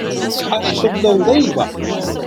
aš tupdau laivą